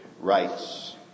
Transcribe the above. rights